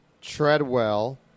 Treadwell